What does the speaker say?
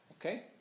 Okay